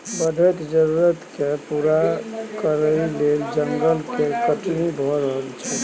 बढ़ैत जरुरत केँ पूरा करइ लेल जंगल केर कटनी भए रहल छै